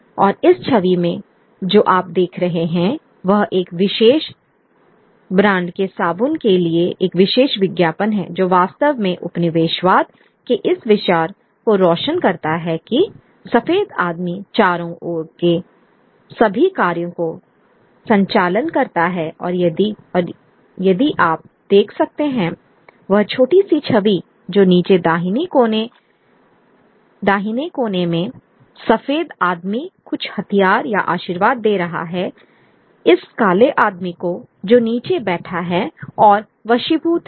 और इस छवि में जो आप देख रहे हैं वह एक विशेष ब्रांड के साबुन के लिए एक विशेष विज्ञापन हैजो वास्तव में उपनिवेशवाद के इस विचार को रोशन करता है कि सफेद आदमी चारों ओर के सभी कार्यों का संचालन करता है और यदि आप देख सकते हैं वह छोटी सी छवि तो नीचे दाहिने कोने में सफेद आदमी कुछ हथियार या आशीर्वाद दे रहा है इस काले आदमी को जो नीचे बैठा है और वशीभूत है